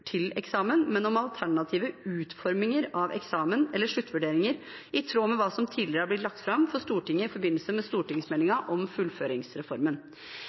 til eksamen, men om alternative utforminger av eksamen eller sluttvurderinger i tråd med hva som tidligere har blitt lagt fram for Stortinget i forbindelse med stortingsmeldingen om fullføringsreformen.